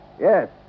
Yes